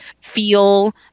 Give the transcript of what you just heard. feel